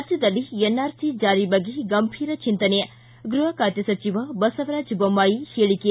ರಾಜ್ಯದಲ್ಲಿ ಎನ್ಆರ್ಸಿ ಜಾರಿ ಬಗ್ಗೆ ಗಂಭೀರ ಚಿಂತನೆ ಗೃಹ ಖಾತೆ ಸಚಿವ ಬಸವರಾಜ್ ಬೊಮ್ನಾಯಿ ಹೇಳಕೆ